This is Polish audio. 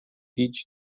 idź